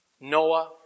Noah